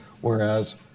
whereas